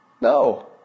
No